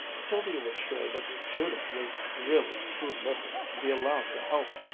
sylvia was sure that judith was really too little to be allowed to help,